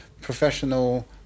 professional